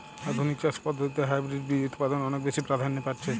আধুনিক চাষ পদ্ধতিতে হাইব্রিড বীজ উৎপাদন অনেক বেশী প্রাধান্য পাচ্ছে